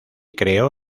creó